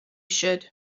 should